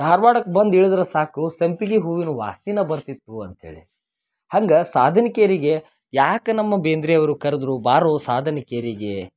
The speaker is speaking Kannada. ಧಾರ್ವಾಡಕ್ಕೆ ಬಂದು ಇಳಿದ್ರೆ ಸಾಕು ಸಂಪಿಗೆ ಹೂವಿನ ವಾಸ್ನಿ ಬರ್ತಿತ್ತು ಅಂತ್ಹೇಳಿ ಹಂಗೆ ಸಾಧನ್ಕೇರಿಗೆ ಯಾಕೆ ನಮ್ಮ ಬೇಂದ್ರೆ ಅವರು ಕರ್ದ್ರು ಬಾರೋ ಸಾಧನ್ಕೇರಿಗೆ